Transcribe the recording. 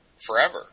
forever